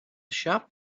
shop